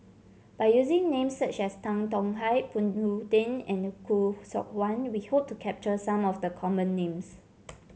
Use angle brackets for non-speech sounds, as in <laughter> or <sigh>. by using names such as Tan Tong Hye Phoon <unintelligible> Tien and Khoo Seok Wan we hope to capture some of the common names